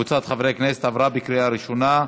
הצעת החוק עברה בקריאה ראשונה,